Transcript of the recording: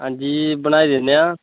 हांजी बनाई दिन्ने आं